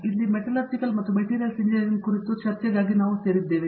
ಇಲ್ಲಿ ಮೆಟಲರ್ಜಿಕಲ್ ಮತ್ತು materials engineering ಕುರಿತು ಚರ್ಚೆಗಾಗಿ ಇಂದು ಸೇರಿದ್ದಾರೆ